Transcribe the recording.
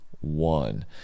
one